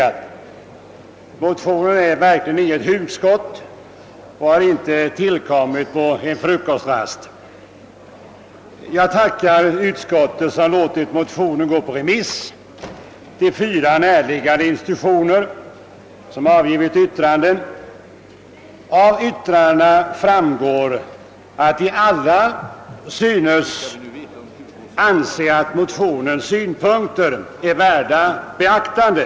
Motionen är verkligen inget hugskott och har inte tillkommit på en frukostrast. Jag tackar utskottet för att det låtit motionen gå ut på remiss till fyra institutioner på trafikområdet, vilka avgivit yttranden över motionen. Av yttrandena framgår att alla remissinstanserna synes anse att motionens synpunkter är värda beaktande.